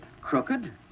Crooked